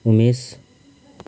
Umesh